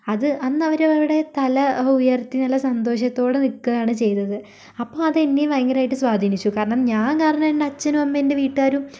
അത് അന്നവര് അവിടെ തല ഉയർത്തി നല്ല സന്തോഷത്തോടെ നിൽക്കുകയാണു ചെയ്തത് അപ്പോൾ അത് എന്നേയും ഭയങ്കരമായിട്ട് സ്വാധീനിച്ചു ഞാൻ കാരണം എൻ്റെ അച്ഛനും അമ്മയും എൻ്റെ വീട്ടുകാരും